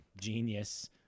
genius